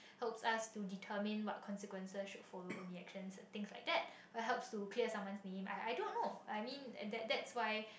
help us to determine what consequences should follow from the actions and things like that or help to clear someone's name I I don't know that's why